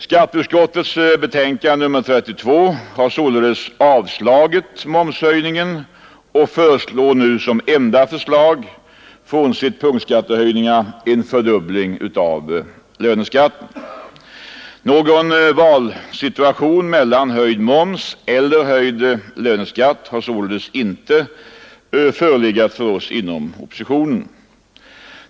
Skatteutskottet har således i betänkande nr 32 avstyrkt momshöjningen och har nu som enda förslag — frånsett punktskattehöjningarna — en fördubbling av löneskatten. Någon valsituation när det gäller höjd moms eller höjd löneskatt har alltså inte förelegat för oss inom oppositionen.